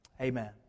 amen